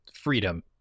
freedom